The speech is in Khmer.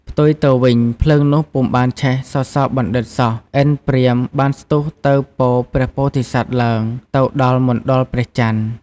ផ្ទុយទៅវិញ ភ្លើងនោះពុំបានឆេះ សសបណ្ឌិតសោះ ឥន្ទព្រាហ្មណ៏បានស្ទុះទៅពព្រះពោធិសត្វឡើងទៅដល់មណ្ឌលព្រះចន្ទ។